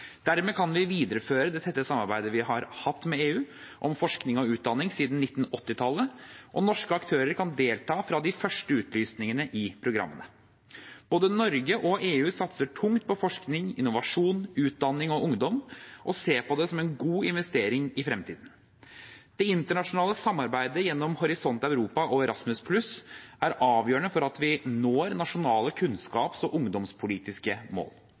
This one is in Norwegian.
Dermed kan vi videreføre det tette samarbeidet vi har hatt med EU om forskning og utdanning siden 1980-tallet, og norske aktører kan delta fra de første utlysningene i programmene. Både Norge og EU satser tungt på forskning, innovasjon, utdanning og ungdom og ser på det som en god investering i fremtiden. Det internasjonale samarbeidet gjennom Horisont Europa og Erasmus+ er avgjørende for at vi når nasjonale kunnskaps- og ungdomspolitiske mål.